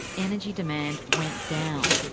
energy demand went down.